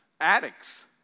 addicts